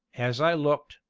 as i looked,